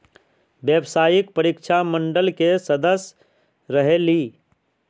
व्यावसायिक परीक्षा मंडल के सदस्य रहे ली?